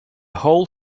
whole